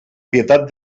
pietat